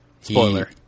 Spoiler